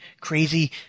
crazy